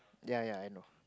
ya ya I know